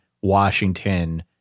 Washington